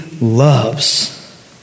loves